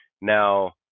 Now